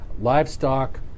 Livestock